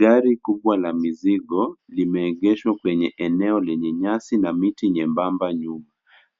Gari kubwa la mizigo limeegeshwa kwenye eneo lenye nyasi na miti nyembamba nyuma.